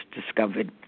discovered